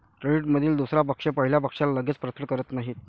क्रेडिटमधील दुसरा पक्ष पहिल्या पक्षाला लगेच परतफेड करत नाही